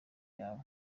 yawe